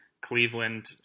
Cleveland